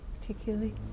particularly